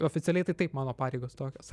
oficialiai tai taip mano pareigos tokios